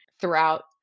throughout